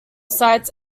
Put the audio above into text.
sites